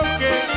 Okay